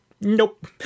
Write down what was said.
nope